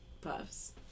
puffs